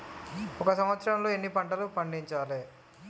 ఒక సంవత్సరంలో ఎన్ని పంటలు పండించాలే?